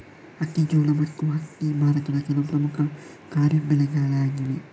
ಅಕ್ಕಿ, ಜೋಳ ಮತ್ತು ಹತ್ತಿ ಭಾರತದ ಕೆಲವು ಪ್ರಮುಖ ಖಾರಿಫ್ ಬೆಳೆಗಳಾಗಿವೆ